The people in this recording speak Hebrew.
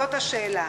זאת השאלה.